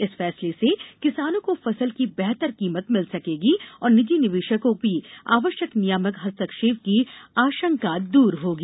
इस फैसले से किसानों को फसल की बेहतर कीमत मिल सर्कगी और निजी निवेशकों की अनावश्यक नियामक हस्तक्षेप की आशंका दूर होगी